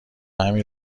همین